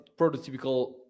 prototypical